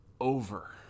over